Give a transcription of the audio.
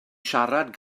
siarad